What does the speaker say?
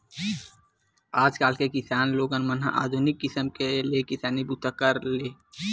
आजकाल के किसान लोगन मन ह आधुनिक किसम ले किसानी बूता ल करत हे